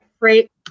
great